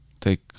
take